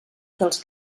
dels